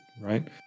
right